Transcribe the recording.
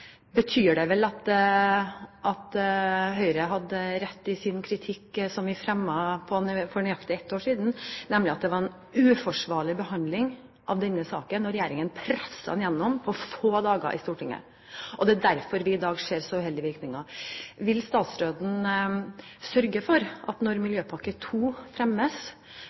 betyr det vel at Høyre hadde rett i sin kritikk, som vi fremmet for nøyaktig et år siden, nemlig at det var en uforsvarlig behandling av denne saken da regjeringen presset den gjennom på få dager i Stortinget. Det er derfor vi ser så uheldige virkninger. Vil statsråden sørge for at når Miljøpakke trinn 2 fremmes,